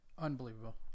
Unbelievable